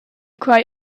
quai